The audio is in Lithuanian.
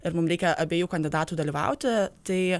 ir mum reikia abiejų kandidatų dalyvauti tai